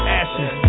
ashes